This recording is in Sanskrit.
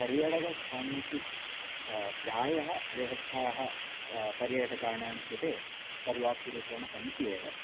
पर्यटकस्थानेषु प्रायः व्यवस्थाः पर्यटकाणां कृते पर्याप्तरूपेण सन्ति एव